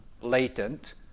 latent